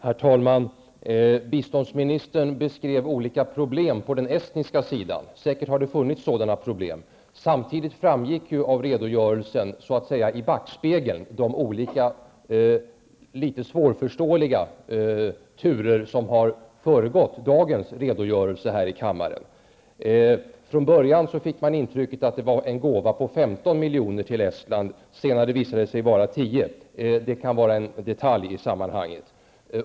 Herr talman! Biståndsministern beskrev olika problem på den estniska sidan. Det har säkert funnits sådana problem. I backspegeln framgick ju samtidigt de olika, litet svårförståeliga, turer som har föregått dagens redogörelse här i kammaren. Från början fick man intrycket att det var en gåva på 15 milj.kr. till Estland. Senare visade det sig vara 10 milj.kr. men det är en detalj i sammanhanget.